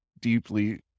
deeply